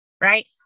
right